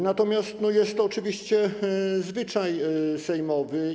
Natomiast jest to oczywiście zwyczaj sejmowy.